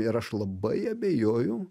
ir aš labai abejoju